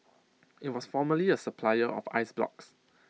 IT was formerly A supplier of ice blocks